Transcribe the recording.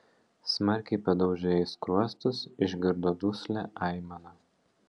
smarkiai padaužė jai skruostus išgirdo duslią aimaną